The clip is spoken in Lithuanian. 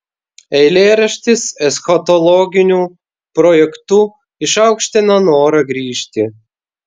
eilėraštis eschatologiniu projektu išaukština norą grįžti